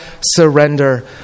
surrender